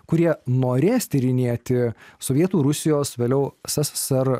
kurie norės tyrinėti sovietų rusijos vėliau sssr